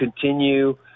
continue